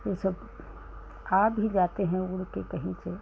वह सब आ भी जाते हैं उड़कर कहीं से